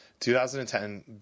2010